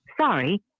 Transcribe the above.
sorry